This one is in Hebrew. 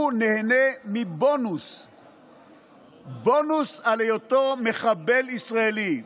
הוא נהנה מבונוס על היותו מחבל ישראלי.